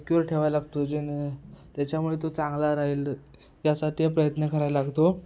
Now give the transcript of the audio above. secure ठेवाय लागतो जेणे त्याच्यामुळे तो चांगला राहील यासाठी प्रयत्न करावा लागतो